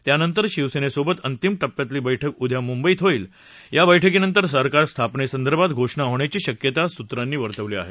त्यानंतर शिवसेनेसोबत अंतिम टप्प्यातली बैठक उद्या मुंबईत होईल या बैठकीनंतर सरकार स्थापनेसंदर्भात घोषणा होण्याची शक्यता सूत्रांची वर्तवली आहे